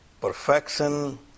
perfection